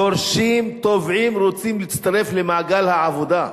דורשים, תובעים ורוצים להצטרף למעגל העבודה.